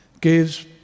gives